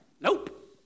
nope